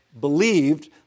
believed